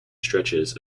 stretches